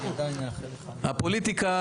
הפוליטיקה,